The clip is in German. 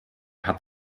hat